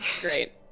Great